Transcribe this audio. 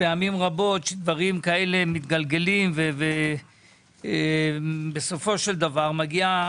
פעמים רבות דברים כאלה מתגלגלים ובסופו של דבר מגיעה